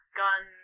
gun